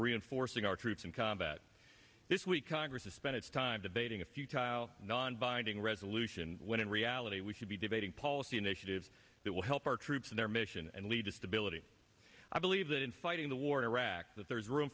reinforcing our troops in combat this week congress to spend its time debating a few kyl non binding resolution when in reality we should be debating policy initiative that will help our troops and their mission and lead to stability i believe that in fighting the war in iraq that there is room